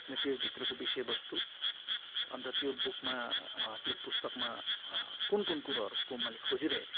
अनि त्योभित्रको विषयवस्तु अन्त त्यो बुकमा त्यो पुस्तकमा कुन कुन कुरोहरूको मैले खोजिरहेको थिएँ